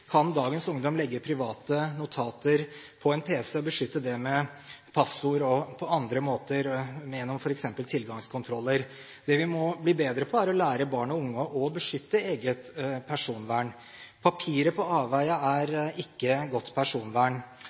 kan dagens ungdom legge private notater på en pc og beskytte det med passord og på andre måter, gjennom f.eks. tilgangskontroller. Det vi må bli bedre på, er å lære barn og unge å beskytte eget personvern. Papiret på avveier er ikke godt personvern.